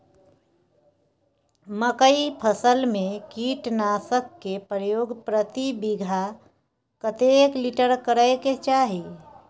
मकई फसल में कीटनासक के प्रयोग प्रति बीघा कतेक लीटर करय के चाही?